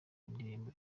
indirimbo